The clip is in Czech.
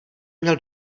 měl